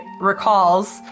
recalls